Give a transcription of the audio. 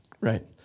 Right